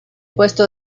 puesto